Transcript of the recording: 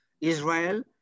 Israel